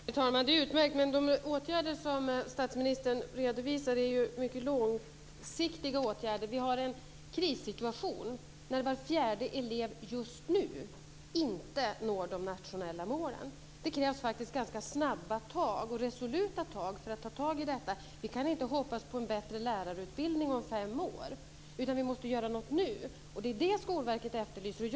Herr talman! Det är utmärkt. Men de åtgärder som statsministern redovisar är mycket långsiktiga. Vi har en krissituation när var fjärde elev just nu inte når de nationella målen. Det krävs faktiskt ganska snabba och resoluta tag för att ta itu med detta. Vi kan inte hoppas på en bättre lärarutbildning om fem år, utan vi måste göra något nu. Det är det Skolverket efterlyser.